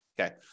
Okay